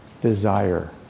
desire